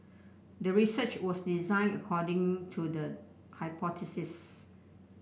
the research was designed according to the hypothesis